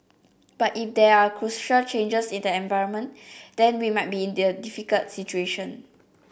but if there are crucial changes in the environment then we might be in there difficult situation